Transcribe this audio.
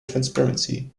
transparency